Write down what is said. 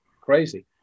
crazy